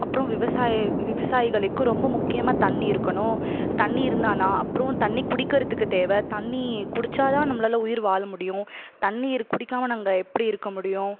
அப்புறம் விவசாய விசாயிகளுக்கு ரொம்ப முக்கியமாக தண்ணி இருக்கணும் தண்ணி இருந்தால் தான் அப்புறம் தண்ணி குடிக்கிறதுக்கு தேவை தண்ணி குடிச்சால் தான் நம்மளால உயிர் வாழ முடியும் தண்ணீர் குடிக்காமல் நம்ம எப்படி இருக்கற முடியும்